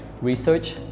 research